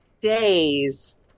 days